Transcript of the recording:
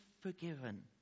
forgiven